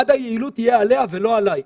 מד היעילות יהיה עליה ולא עלי.